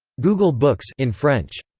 google books in french.